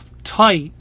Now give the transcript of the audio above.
Type